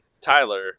Tyler